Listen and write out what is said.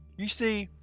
you see,